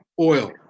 oil